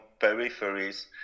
peripheries